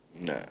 Nah